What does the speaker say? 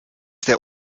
der